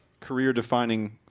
career-defining